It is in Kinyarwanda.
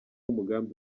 umugambi